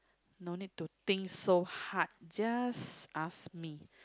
no need to think so hard just ask me